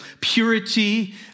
purity